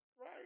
Right